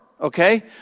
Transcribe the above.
Okay